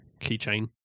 keychain